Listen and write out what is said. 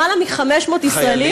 למעלה מ-500 ישראלים.